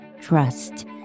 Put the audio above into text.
trust